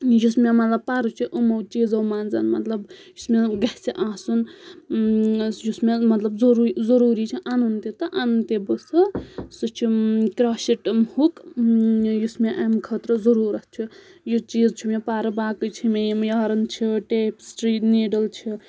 یُس مےٚ مطلب پَرُس چھُ یِمو چیٖزو منٛز مطلب یُس مےٚ گَژھِ آسُن یُس مےٚ مطلب ضروٗری ضروٗری چھُ اَنُن تہِ تہٕ اَنُن تہِ بہٕ سُہ سُہ چھُ کرٛاشِٹ یُس مےٚ اَمہِ خٲطرٕ ضٔروٗرتھ چھُ یُس چیٖز چھُ مےٚ پَرٕ باقٕے چھِ مےٚ یِم یارَن چھِ ٹیپسٹری نیٖڈٕل چھِ